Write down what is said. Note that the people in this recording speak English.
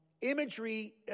imagery